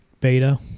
beta